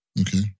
Okay